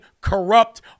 corrupt